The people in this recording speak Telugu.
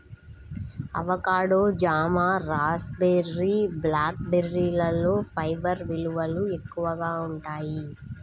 అవకాడో, జామ, రాస్బెర్రీ, బ్లాక్ బెర్రీలలో ఫైబర్ విలువలు ఎక్కువగా ఉంటాయి